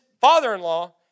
father-in-law